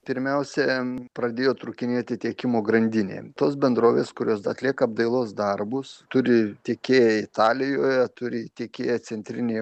pirmiausia pradėjo trūkinėti tiekimo grandinė tos bendrovės kurios atlieka apdailos darbus turi tiekėjai italijoje turi tiekėją centrinėje